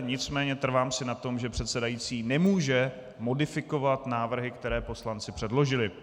Nicméně trvám si na tom, že předsedající nemůže modifikovat návrhy, které poslanci předložili.